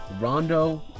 Rondo